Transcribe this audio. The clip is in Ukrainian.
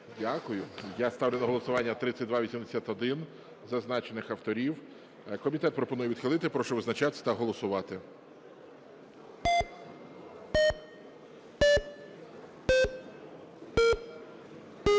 Дякую. Я ставлю на голосування 3281 зазначених авторів. Комітет пропонує відхилити. Прошу визначатись та голосувати.